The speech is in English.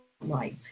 life